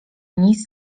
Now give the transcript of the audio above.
nic